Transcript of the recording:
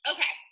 Okay